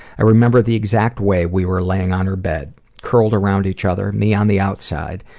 i remember the exact way we were laying on her bed, curled around each other, me on the outside.